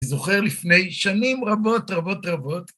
אני זוכר לפני שנים רבות רבות רבות.